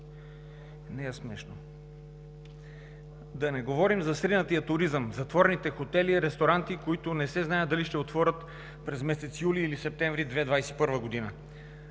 Не е смешно! Да не говорим за сринатия туризъм, затворените хотели и ресторанти, които не се знае дали ще отворят през месец юли или септември 2021 г.